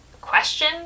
question